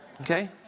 Okay